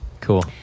Cool